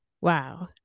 Wow